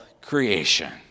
creation